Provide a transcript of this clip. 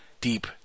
deep